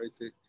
right